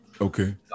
okay